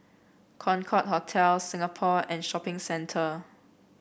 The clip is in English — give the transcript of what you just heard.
Concorde Hotel Singapore and Shopping Centre